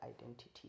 identity